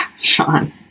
Sean